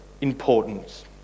importance